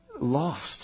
lost